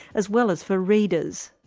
as well as for readers.